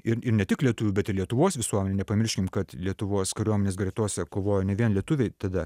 ir ir ne tik lietuvių bet ir lietuvos visuomenė nepamirškim kad lietuvos kariuomenės gretose kovojo ne vien lietuviai tada